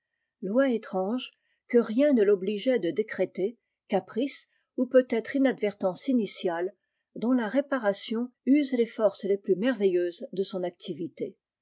étrange que rien ne l'obligeait de décréter caprice ou peutêtre inadvertance initiale dont la réparation use les forces les plus merveilleuses de son activité